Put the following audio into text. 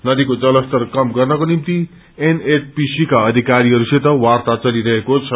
नवीको जलस्तर कम गर्नको निम्ति एनएचपीसीका अधिकारीहसंसित वार्ता चलिरहेको छ